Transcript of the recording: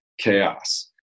chaos